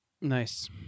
nice